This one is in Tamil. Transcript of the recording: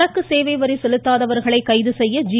சரக்கு சேவைவரி செலுத்தாதவர்களை கைது செய்ய ஜி